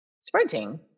sprinting